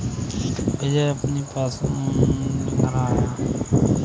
विजय अपनी पासबुक को प्रिंट करा कर घर लेकर आया है